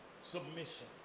submission